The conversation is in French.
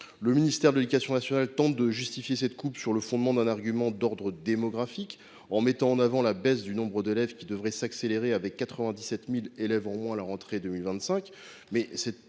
Le ministère de l’éducation nationale tente de justifier cette coupe sur le fondement d’un argument d’ordre démographique, en mettant en avant la baisse du nombre d’élèves « qui devrait s’accélérer avec 97 000 élèves en moins à la rentrée 2025